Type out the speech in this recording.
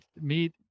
meet